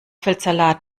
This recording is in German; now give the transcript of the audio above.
feldsalat